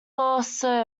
also